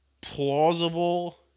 plausible